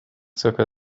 zirka